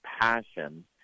passion